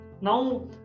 Now